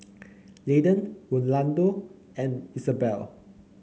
Landen Rolando and Isabell